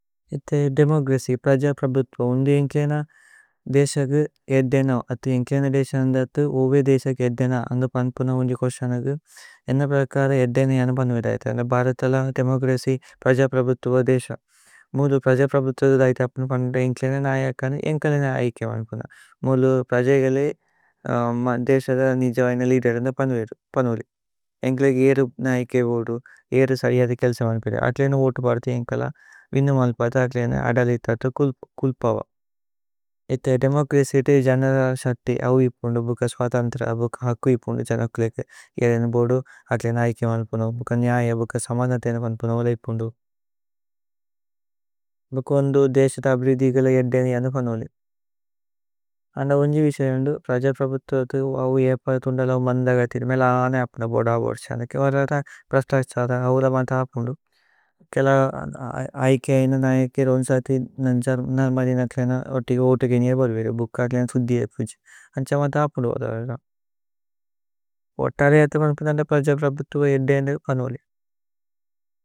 Democracy പ്രജപ്രഭുത്വ ഉന്ദി ഏന്ക്ലേഇന ദേസഗ്। ഏദ്ദേന അഥി ഏന്ക്ലേഇന ദേസഗ് അന്ധത്തു ഉവേ ദേസഗ്। ഏദ്ദേന അന്ധു പന്പുന ഉന്ജി കോശനഗു ഏന്ന പ്രകര। ഏദ്ദേന ജനു പനുവേദ ഭ്ഹരതല ദേമോച്രച്യ് പ്രജപ്। അഭുത്വ ദേസമ് മുലു പ്രജപ്രഭുത്വ ദൈഥി അപ്പുന। പനുവേദ ഏന്ക്ലേഇന നായകന ഏന്ക്ലേഇന നായികേ। വന്പുന മുലു പ്രജഗലേ ദേസദ നിജവയ്ന ലിദേര। ന്ദ പനുവേലി ഏന്ക്ലേകേ ഏരു നായികേ ബോദു ഏരു। സരിയധി കേല്സ വന്പിര ഏന്ക്ലേഇന വോതു പര്ഥി। ഏന്ക്ലേഇന വിന്ന മല്പത ഏന്ക്ലേഇന അദലിഥത। കുല്പവ ഏഥേ ദേമോച്രച്യ് ജനദ ശക്തി അവ്വിപുന്ദു। ഭുക്ക സ്വതന്ത്ര അബുക്ക ഹക്വിപുന്ദു ജനകുലേകേ। ഏരേന ബോദു ഏന്ക്ലേഇന നായികേ വന്പുന। ഭുക്ക ന്യയ അബുക്ക സമനതേന വന്പുന വന്പുന। വന്പുന്ദു ഭുക്കോന്ദു ദേസദ അബ്രിധിഗല ഏദ്ദേന। ജനു പനുവേലി അന്ധു ഉന്ജി വിസയേന്ദു പ്രജപ്ര। ഭുത്വതു അവ്വിപദ ഥുന്ദല അവ്മന്ദ ഗതി।